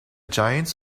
giants